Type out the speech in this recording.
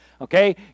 Okay